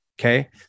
Okay